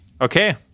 Okay